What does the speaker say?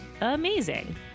amazing